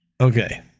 Okay